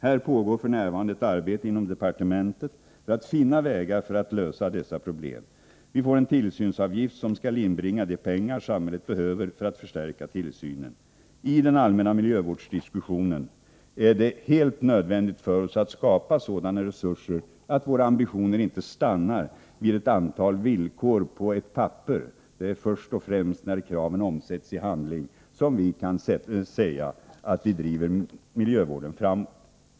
Här pågår f. n. ett arbete inom departementet för att finna vägar för att lösa dessa problem. Vi får en tillsynsavgift som skall inbringa de pengar samhället behöver för att förstärka tillsynen. I den allmänna miljövårdsdiskussionen är det helt nödvändigt för oss att skapa sådana resurser att våra ambitioner inte stannar vid ett antal villkor på ett papper. Det är först när kraven omsätts i handling som vi kan säga att vi driver miljövården framåt.